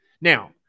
Now